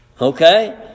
okay